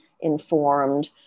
informed